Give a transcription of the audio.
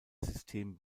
system